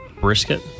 brisket